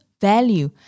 value